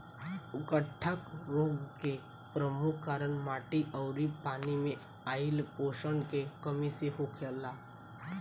उकठा रोग के परमुख कारन माटी अउरी पानी मे आइल पोषण के कमी से होला